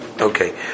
Okay